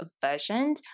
version